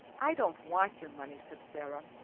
i don't want your money, said sara.